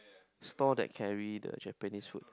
store that carry the Japanese foods